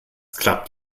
klappt